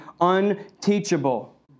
unteachable